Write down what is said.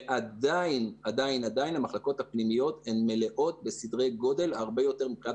ועדיין המחלקות הפנימיות מלאות הרבה יותר מבחינת